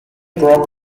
broke